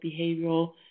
behavioral